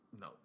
no